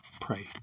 Pray